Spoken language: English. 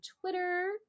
twitter